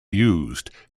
used